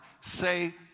Say